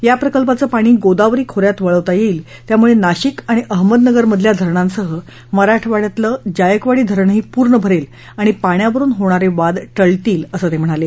या प्रकल्पाचं पाणी गोदावरी खोऱ्यात वळवता येईल त्यामुळे नाशिक आणि अहमदनगरमधल्या धरणांसह मराठवाङ्यातलं जायकवाडी धरणही पूर्ण भरेल आणि पाण्यावरून होणारे वाद टळतील असं ते म्हणाले